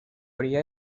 orilla